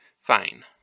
fine